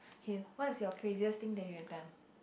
okay what is your craziest thing that you have done